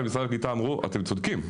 ומשרד הקליטה אמרו אתם צודקים,